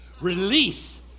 Release